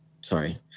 Sorry